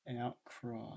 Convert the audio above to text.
outcry